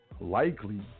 likely